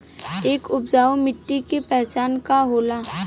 एक उपजाऊ मिट्टी के पहचान का होला?